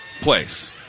Place